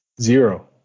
Zero